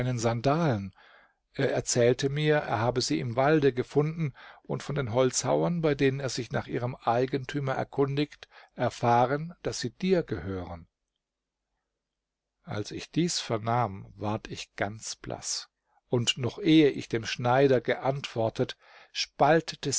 sandalen er erzählte mir er habe sie im walde gefunden und von den holzhauern bei denen er sich nach ihrem eigentümer erkundigt erfahren daß sie dir gehören als ich dies vernahm ward ich ganz blaß und noch ehe ich dem schneider geantwortet spaltete